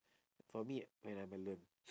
for me when I'm alone